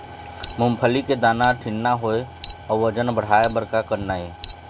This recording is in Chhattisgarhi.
मूंगफली के दाना ठीन्ना होय अउ वजन बढ़ाय बर का करना ये?